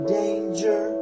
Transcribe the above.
danger